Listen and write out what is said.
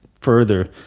further